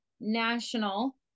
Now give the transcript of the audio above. National